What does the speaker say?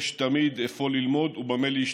יש תמיד איפה ללמוד ובמה להשתפר.